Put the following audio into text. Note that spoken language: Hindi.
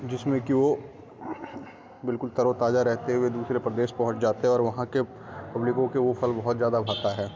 जिसमें कि वो बिल्कुल तरो ताज़ा रहते हुए दूसरे प्रदेश पहुंच जाते हैं और वहाँ के पब्लिकों को वो फल बहुत ज़्यादा भाता है